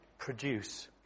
produce